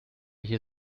hier